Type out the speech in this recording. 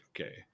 okay